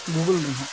ᱨᱮ ᱱᱟᱦᱟᱜ